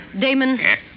Damon